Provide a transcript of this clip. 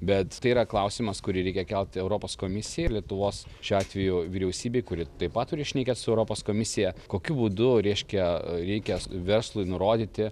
bet tai yra klausimas kurį reikia kelti europos komisijai lietuvos šiuo atveju vyriausybei kuri taip pat turi šnekėt su europos komisija kokiu būdu reiškia reikia verslui nurodyti